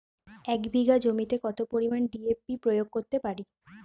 এক বিঘা জমিতে কত পরিমান ডি.এ.পি প্রয়োগ করতে পারি?